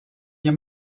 your